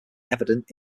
evident